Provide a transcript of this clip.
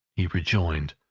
he rejoined.